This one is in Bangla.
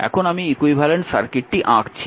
এখন আমি ইকুইভ্যালেন্ট সার্কিট আঁকছি